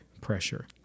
pressure